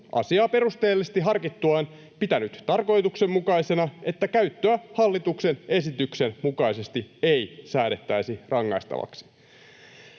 asiaa perusteellisesti harkittuaan pitänyt tarkoituksenmukaisena, että käyttöä hallituksen esityksen mukaisesti ei säädettäisi rangaistavaksi.”